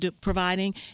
providing